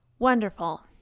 Wonderful